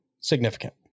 significant